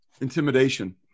Intimidation